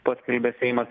paskelbė seimas